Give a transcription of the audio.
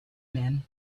men